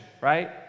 right